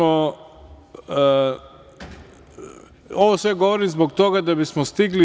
Ovo sve govorim zbog toga da bismo stigli.